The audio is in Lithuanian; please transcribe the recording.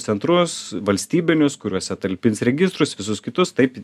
centrus valstybinius kuriuose talpins registrus visus kitus taip